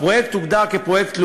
הפרויקט הוגדר פרויקט לאומי,